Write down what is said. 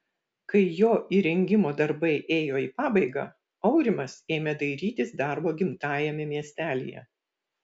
kai jo įrengimo darbai ėjo į pabaigą aurimas ėmė dairytis darbo gimtajame miestelyje